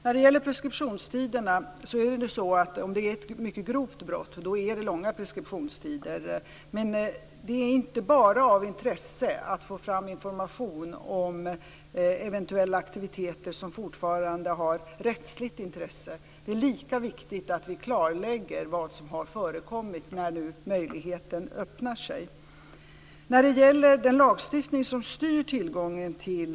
Fru talman! Om det är fråga om ett grovt brott är det långa preskriptionstider. Men det är inte bara av intresse att få fram information om aktiviteter som fortfarande har rättsligt intresse, det är lika viktigt att vi klarlägger vad som har förekommit när nu möjligheten öppnar sig.